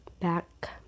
back